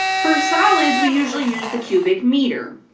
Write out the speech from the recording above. for solids we usually use the cubic meter,